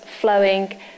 flowing